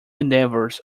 endeavors